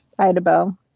Idabel